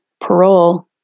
parole